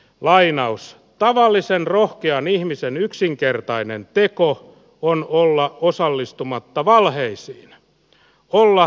lainaus tavallisen rohkean ihmisen yksinkertainen teko on olla osallistumatta valheisiin olla